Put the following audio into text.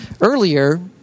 earlier